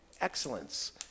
excellence